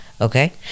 okay